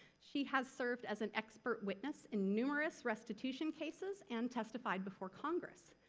she has served as an expert witness in numerous restitution cases and testified before congress.